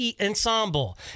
ensemble